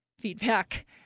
feedback